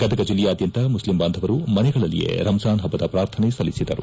ಗದಗ ಜಿಲ್ಲೆಯಾದ್ಯಂತ ಮುಸ್ತೀಂ ಬಾಂಧವರು ಮನೆಗಳಲ್ಲಿಯೇ ರಂಜಾನ್ ಹಬ್ಬದ ಪ್ರಾರ್ಥನೆ ಸಲ್ಲಿಸಿದರು